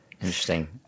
Interesting